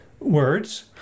words